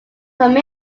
come